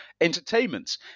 entertainments